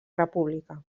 república